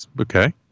Okay